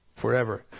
forever